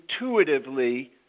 intuitively